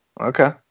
okay